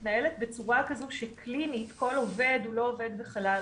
המערכת מתנהלת בצורה כזו שקלינית כל עובד הוא לא עובד בחלל ריק.